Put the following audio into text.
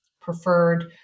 preferred